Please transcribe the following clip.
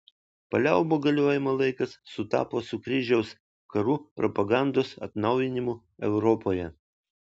paliaubų galiojimo laikas sutapo su kryžiaus karų propagandos atnaujinimu europoje